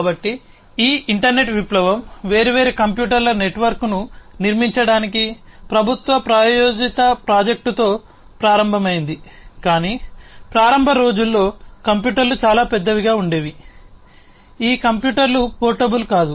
కాబట్టి ఈ ఇంటర్నెట్ విప్లవం వేర్వేరు కంప్యూటర్ల నెట్వర్క్ను నిర్మించడానికి ప్రభుత్వ ప్రాయోజిత ప్రాజెక్టుతో ప్రారంభమైంది కాని ప్రారంభ రోజుల్లో కంప్యూటర్లు చాలా పెద్దవిగా ఉండేవి ఈ కంప్యూటర్లు పోర్టబుల్ కాదు